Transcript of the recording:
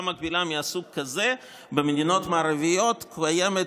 מקבילה מהסוג הזה במדינות מערביות קיימת,